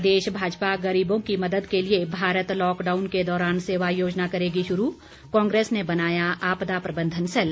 प्रदेश भाजपा गरीबों की मदद के लिए भारत लॉकडाउन के दौरान सेवा योजना करेगी शुरू कांग्रेस ने बनाया आपदा प्रबंधन सैल